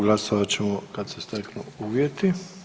Glasovat ćemo kad se steknu uvjeti.